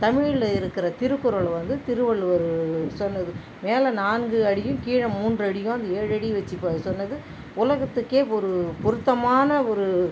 தமிழில் இருக்கிற திருக்குறள் வந்து திருவள்ளுவர் சொன்னது மேலே நான்கு அடியும் கீழே மூன்று அடியும் அந்த ஏழு அடியும் வச்சு சொன்னது உலகத்துக்கு ஒரு பொருத்தமான ஒரு